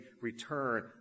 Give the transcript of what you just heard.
return